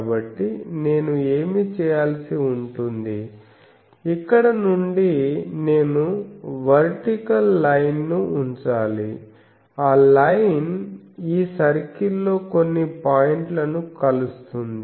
కాబట్టి నేను ఏమి చేయాల్సి ఉంటుంది ఇక్కడ నుండి నేను వర్టికల్ లైన్ ను ఉంచాలి ఆ లైన్ ఈ సర్కిల్ లో కొన్ని పాయింట్లను కలుస్తుంది